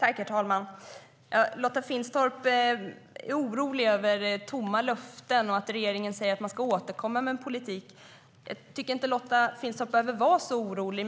Herr talman! Lotta Finstorp är orolig över "tomma löften" och över att regeringen säger att man ska återkomma med en politik. Jag tycker inte att Lotta Finstorp behöver vara så orolig.